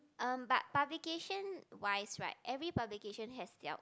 um but publication wise right every publication has their